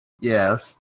Yes